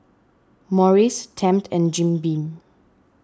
Morries Tempt and Jim Beam